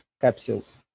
capsules